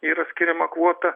yra skiriama kvota